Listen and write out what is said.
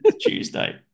Tuesday